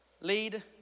Lead